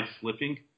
slipping